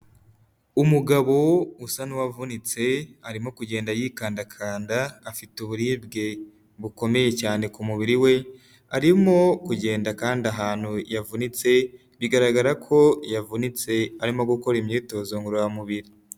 Umugabo usa n'uwavunitse arimo kugenda yikandakanda, afite uburibwe bukomeye cyane ku mubiri we arimo kugenda kandi ahantu yavunitse bigaragara ko yavunitse arimo gukora imyitozo ngororamubiri.